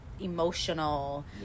emotional